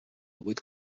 vuit